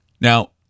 Now